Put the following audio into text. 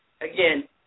again